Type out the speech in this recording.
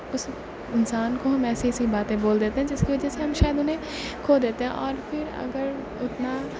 اس انسان کو ہم ایسی ایسی باتیں بول دیتے ہیں جس کی وجہ سے ہم شاید انہیں کھو دیتے ہیں اور پھر اگر اتنا